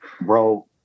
bro